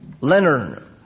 Leonard